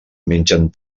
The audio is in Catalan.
mengen